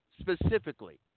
specifically